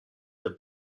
der